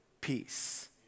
peace